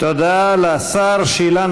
יש לי שאלת המשך.